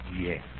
Yes